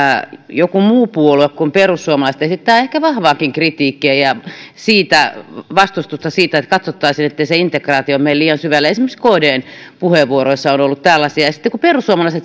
joku muu puolue kuin perussuomalaiset on esittänyt ehkä vahvaakin kritiikkiä ja vastustusta sitä että katsottaisiin ettei integraatio mene liian syvälle esimerkiksi kdn puheenvuoroissa on ollut tällaista ja ja sitten kun perussuomalaiset